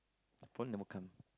phone number come